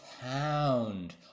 pound